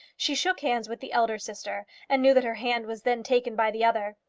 she shook hands with the elder sister, and knew that her hand was then taken by the other.